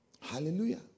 Hallelujah